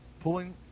pulling